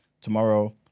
tomorrow